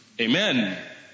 Amen